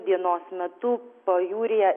dienos metu pajūryje